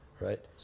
right